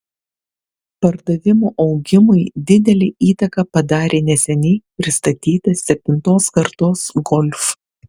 pardavimų augimui didelę įtaką padarė neseniai pristatytas septintos kartos golf